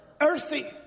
earthy